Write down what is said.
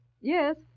Yes